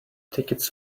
tickets